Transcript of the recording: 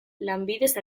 lanbidez